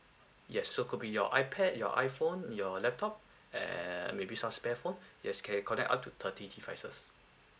yes so could be your ipad your iphone your laptop eh maybe some spare phone yes can connect up to thirty devices